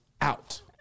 out